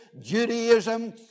Judaism